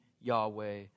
Yahweh